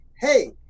Hey